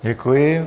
Děkuji.